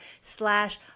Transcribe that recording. slash